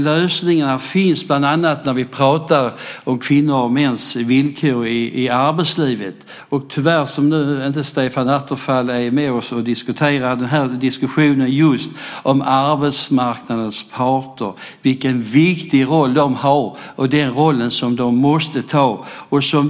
Lösningarna finns bland annat i det vi pratar om när det gäller kvinnors och mäns villkor i arbetslivet. Tyvärr är inte Stefan Attefall med nu i diskussionen om just arbetsmarknadens parter, om den viktiga roll de har - en roll som de måste ha.